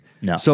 No